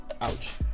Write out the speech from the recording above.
ouch